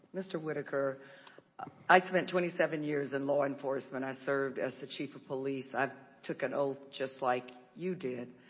mr. whitaker i spent twenty seven years in law enforcement i served as a chief of police i took an oath just like you did.